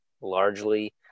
largely